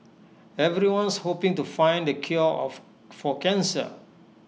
everyone's hoping to find the cure for cancer